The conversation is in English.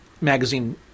magazine